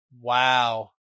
Wow